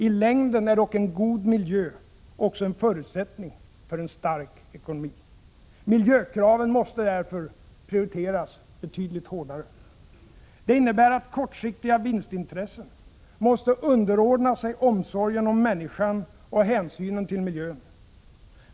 I längden är dock en god miljö också en förutsättning för en stark ekonomi. Miljökraven måste därför prioriteras betydligt hårdare. Det innebär att kortsiktiga vinstintressen måste underordna sig omsorgen om människan och hänsynen till miljön.